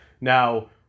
now